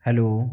hello